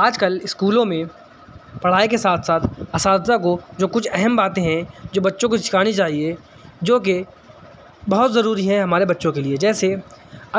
آج کل اسکولوں میں پڑھائی کے ساتھ ساتھ اساتذہ کو جو کچھ اہم باتیں ہیں جو بچوں کو سکھانی چاہئے جو کہ بہت ضروری ہے ہمارے بچوں کے لیے جیسے